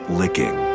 licking